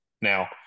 Now